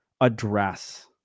address